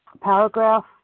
paragraph